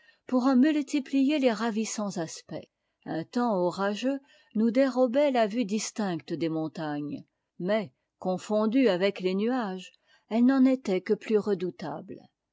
en multiplier les ravissants aspects un temps orageux nous dérobait la vue distincte des montagnes mais confondues avec les nuages elles n'en étaient que plus redoutables